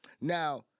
Now